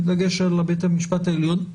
בדגש על בית המשפט העליון,